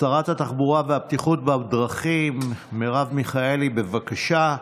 שרת התחבורה והבטיחות בדרכים מרב מיכאלי, בבקשה.